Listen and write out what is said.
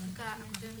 עמדתנו